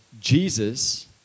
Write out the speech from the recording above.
Jesus